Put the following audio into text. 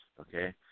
okay